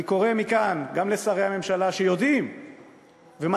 אני קורא מכאן גם לשרי הממשלה שיודעים ומסכימים